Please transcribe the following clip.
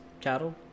cattle